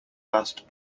last